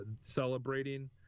celebrating